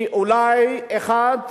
היא אולי אחת